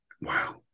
wow